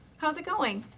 how's it going?